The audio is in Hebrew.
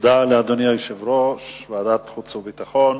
תודה לאדוני יושב-ראש ועדת חוץ וביטחון.